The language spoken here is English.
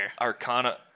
Arcana